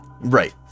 Right